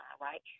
right